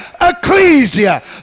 ecclesia